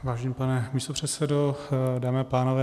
Vážený pane místopředsedo, dámy a pánové.